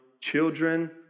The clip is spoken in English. children